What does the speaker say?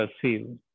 perceive